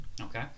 Okay